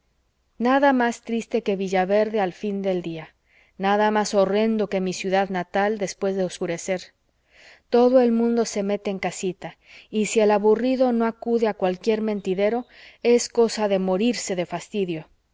nada más triste que villaverde al fin del día nada más horrendo que mi ciudad natal después de obscurecer todo el mundo se mete en casita y si el aburrido no acude a cualquier mentidero es cosa de morirse de fastidio